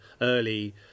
early